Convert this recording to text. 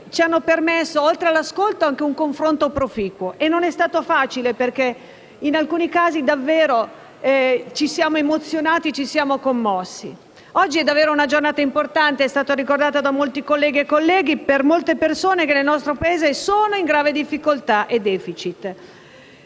ci hanno permesso, oltre all'ascolto, anche un confronto proficuo, e non è stato facile perché in alcuni casi davvero ci siamo emozionati e commossi. Oggi è davvero una giornata importante, come è stato ricordato da molti colleghe e colleghi, per molte persone che nel nostro Paese sono in grave difficoltà e *deficit*.